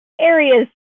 areas